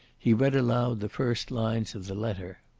he read aloud the first lines of the letter